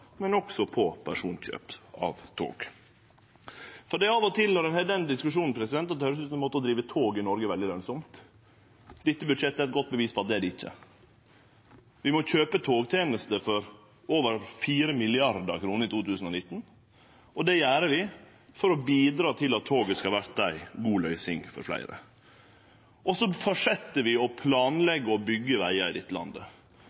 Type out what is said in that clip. Men det tek tid, og det er dyrt å byggje norsk jernbane. Difor må vi også få ned kostnadene, både til utbygging, til vedlikehald og til personkjøp av tog. For av og til når ein har den diskusjonen, høyrest det ut som at å drive tog i Noreg er veldig lønsamt. Dette budsjettet er eit godt bevis på at det er det ikkje. Vi må kjøpe togtenester for over 4 mrd. kr i 2019. Det gjer vi for å bidra til at toget skal verte